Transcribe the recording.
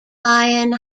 lyon